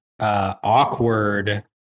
awkward